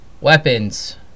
weapons